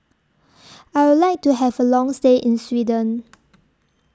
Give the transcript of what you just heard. I Would like to Have A Long stay in Sweden